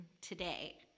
today